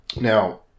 Now